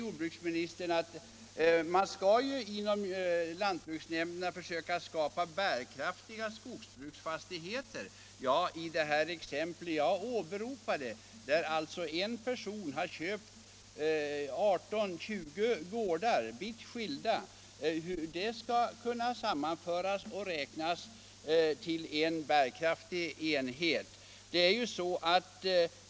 Jordbruksministern säger att lantbruksnämnderna skall verka för att skapa bärkraftiga skogsbruksfastigheter. I det exempel som jag åberopat har en person köpt 18 vitt skilda gårdar. Hur skall de kunna sammanföras till en bärkraftig enhet?